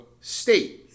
State